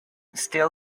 still